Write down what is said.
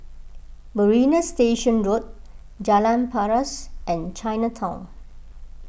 Marina Station Road Jalan Paras and Chinatown